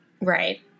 right